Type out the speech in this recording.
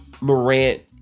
Morant